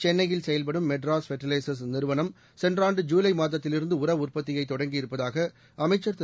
சென்னையில் செயல்படும் மெட்ராஸ் ஃபர்டிலைசர்ஸ் நிறுவனம் சென்ற ஆண்டு ஜூலை மாதத்திலிருந்து உர உற்பத்தியை தொடங்கியிருப்பதாக அமைச்சர் திரு